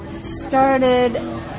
started